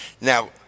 Now